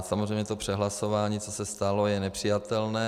Samozřejmě přehlasování, které se stalo, je nepřijatelné.